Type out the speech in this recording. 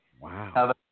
Wow